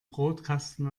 brotkasten